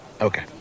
Okay